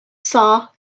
saw